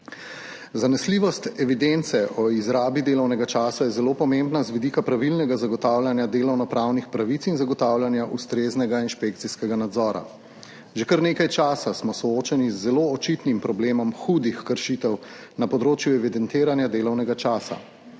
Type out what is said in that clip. Zanesljivost evidence o izrabi delovnega časa je zelo pomembna z vidika pravilnega zagotavljanja delovnopravnih pravic in zagotavljanja ustreznega inšpekcijskega nadzora. Že kar nekaj časa smo soočeni z zelo očitnim problemom hudih kršitev na področju evidentiranja delovnega časa.